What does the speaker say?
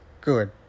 good